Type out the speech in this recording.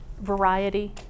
variety